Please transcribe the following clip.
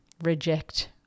reject